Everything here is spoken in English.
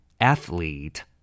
athlete